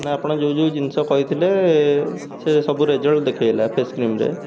ନା ଆପଣ ଯେଉଁ ଯେଉଁ ଜିନିଷ କହିଥିଲେ ସେ ସବୁ ରେଜଲ୍ଟ ଦେଖେଇଲା ଫେସ୍ କ୍ରିମ୍ରେ